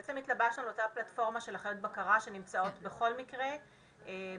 בעצם התלבשנו על אותה הפלטפורמה של אחיות בקרה שנמצאות בכל מקרה בתוך